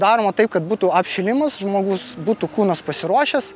daroma taip kad būtų apšilimas žmogus būtų kūnas pasiruošęs